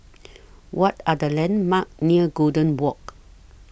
What Are The landmarks near Golden Walk